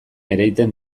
ereiten